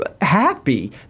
happy